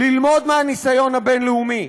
ללמוד מהניסיון הבין-לאומי.